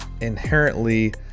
inherently